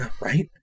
Right